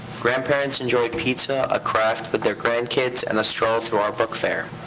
grandparents enjoyed pizza, a craft with their grandkids, and a stroll through our book fair.